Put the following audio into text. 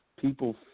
People